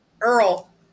Earl